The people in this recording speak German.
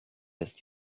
ist